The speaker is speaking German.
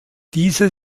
diese